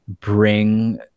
bring